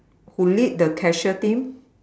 who lead the cashier team